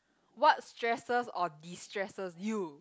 what stresses or destresses you